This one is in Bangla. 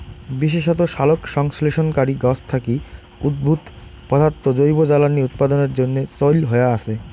বিশেষত সালোকসংশ্লেষণকারী গছ থাকি উদ্ভুত পদার্থ জৈব জ্বালানী উৎপাদনের জইন্যে চইল হয়া আচে